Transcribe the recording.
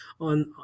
on